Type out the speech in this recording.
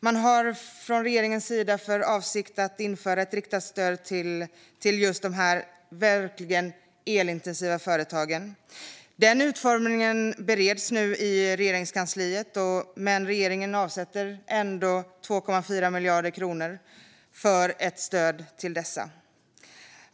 Man har från regeringens sida för avsikt att införa ett riktat stöd till de verkligt elintensiva företagen. Den utformningen bereds nu i Regeringskansliet. Regeringen avsätter ändå 2,4 miljarder kronor för ett stöd till dessa.